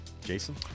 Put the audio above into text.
Jason